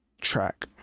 track